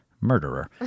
murderer